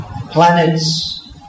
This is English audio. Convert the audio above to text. planets